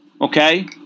okay